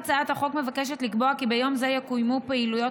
הצעת החוק מבקשת לקבוע כי ביום זה יקוימו פעילויות